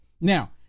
Now